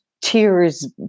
tears